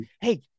hey